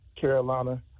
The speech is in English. Carolina